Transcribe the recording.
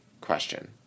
question